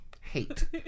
hate